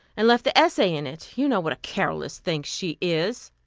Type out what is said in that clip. and left the essay in it. you know what a careless thing she is.